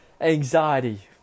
anxiety